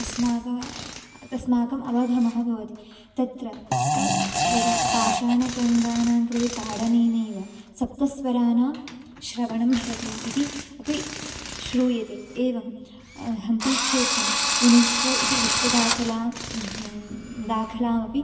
अस्माकं अस्माकम् अवगमः भवति तत्र यदा पाषाणखण्डानां कृते ताडनेनैव सप्तस्वराणां श्रवणं भवति इति अपि श्रूयते एवं हम्पी क्षेत्रं युनेस्को इति विश्वदाकलां दाखलामपि